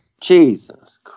Jesus